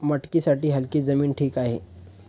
मटकीसाठी हलकी जमीन ठीक आहे